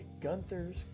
Gunther's